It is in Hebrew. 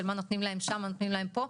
מה נותנים להם שם ומה נותנים להם פה,